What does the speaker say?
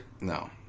No